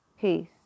Peace